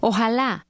Ojalá